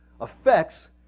affects